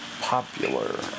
popular